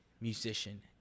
musician